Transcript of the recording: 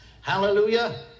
Hallelujah